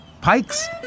Pikes